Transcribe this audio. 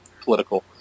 political